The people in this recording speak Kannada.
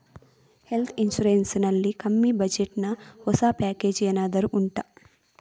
ಹೆಲ್ತ್ ಇನ್ಸೂರೆನ್ಸ್ ನಲ್ಲಿ ಕಮ್ಮಿ ಬಜೆಟ್ ನ ಹೊಸ ಪ್ಯಾಕೇಜ್ ಏನಾದರೂ ಉಂಟಾ